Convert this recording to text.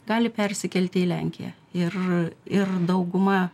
gali persikelti į lenkiją ir ir dauguma